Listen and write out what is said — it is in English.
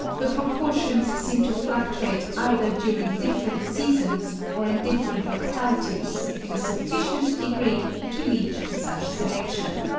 the proportions seem to fluctuate either during different seasons or in different localities in a sufficient degree to lead to such selection.